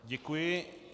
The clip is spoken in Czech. Děkuji.